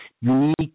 unique